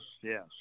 yes